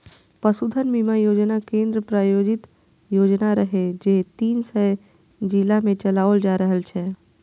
पशुधन बीमा योजना केंद्र प्रायोजित योजना रहै, जे तीन सय जिला मे चलाओल जा रहल छै